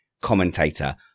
commentator